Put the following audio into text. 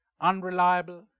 unreliable